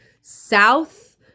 south